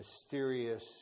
mysterious